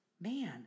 Man